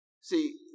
See